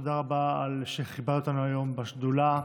תודה רבה על שכיבדת אותנו היום בשדולה,